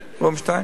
כן, רובינשטיין.